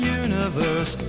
universe